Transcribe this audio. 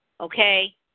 okay